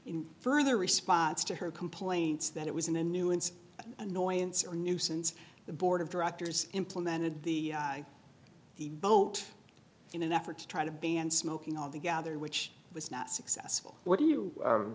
in further response to her complaints that it was in a new and annoyance or nuisance the board of directors implemented the the boat in an effort to try to ban smoking altogether which was not successful what are you